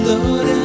Lord